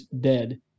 dead